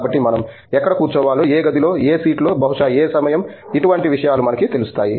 కాబట్టి మనం ఎక్కడ కూర్చోవాలో ఏ గదిలో ఏ సీటులో బహుశా ఏ సమయం ఇటువంటి విషయాలు మనకి తెలుస్తాయి